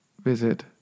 Visit